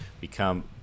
become